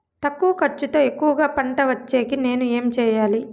తక్కువ ఖర్చుతో ఎక్కువగా పంట వచ్చేకి నేను ఏమి చేయాలి?